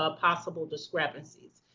ah possible discrepancies.